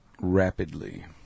rapidly